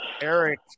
Eric